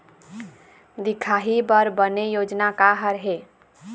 दिखाही बर बने योजना का हर हे?